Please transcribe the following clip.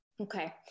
Okay